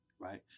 right